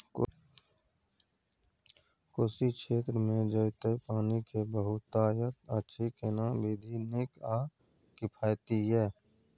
कोशी क्षेत्र मे जेतै पानी के बहूतायत अछि केना विधी नीक आ किफायती ये?